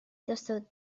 tossut